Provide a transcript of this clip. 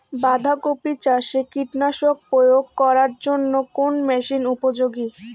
বাঁধা কপি চাষে কীটনাশক প্রয়োগ করার জন্য কোন মেশিন উপযোগী?